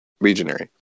legionary